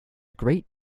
great